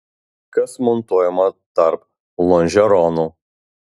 kas montuojama tarp lonžeronų